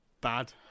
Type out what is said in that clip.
bad